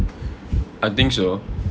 I think so